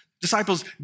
disciples